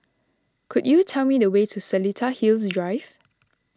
could you tell me the way to Seletar Hills Drive